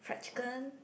fried chicken